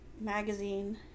magazine